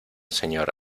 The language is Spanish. señor